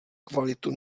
kvalitu